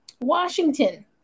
Washington